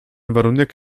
warunek